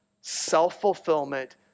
self-fulfillment